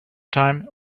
time